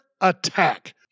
attack